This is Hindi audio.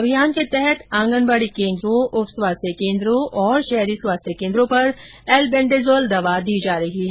अभियान के तहत आंगनबाड़ी केंद्रो उपस्वास्थ्य केंद्रों और शहरी स्वास्थ्य केन्द्रों पर एल्बेंडाजॉल दवा दी जा रही है